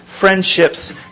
friendships